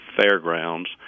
fairgrounds